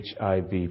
HIV